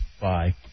bye